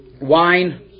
wine